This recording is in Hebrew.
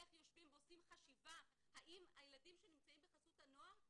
איך יושבים ועושים חשיבה האם הילדים שנמצאים בחסות הנוער,